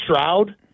Shroud